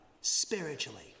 spiritually